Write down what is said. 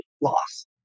loss